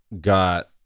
got